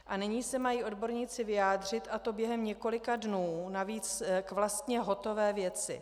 A nyní se mají odborníci vyjádřit, a to během několika dnů, navíc vlastně k hotové věci.